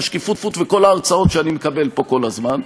השקיפות וכל ההרצאות שאני מקבל פה כל הזמן.